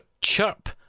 chirp